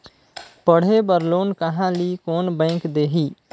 पढ़े बर लोन कहा ली? कोन बैंक देही?